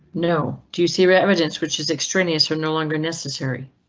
no, do you sear evidence which is extraneous? are no longer necessary?